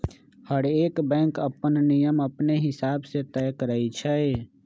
हरएक बैंक अप्पन नियम अपने हिसाब से तय करई छई